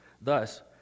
Thus